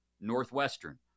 northwestern